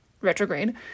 retrograde